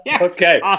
okay